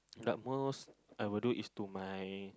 but most I will do is to my